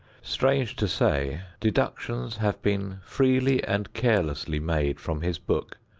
strange to say, deductions have been freely and carelessly made from his book,